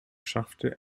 schaffte